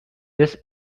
this